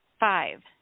Five